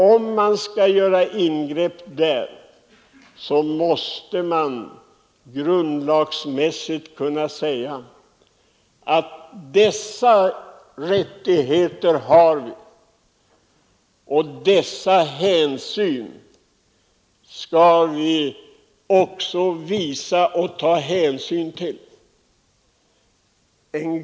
Om vi nu skall göra ingrepp i den friheten, så måste det samtidigt sägas att de och de rättigheterna har vi men vi måste också ta de och de hänsynen.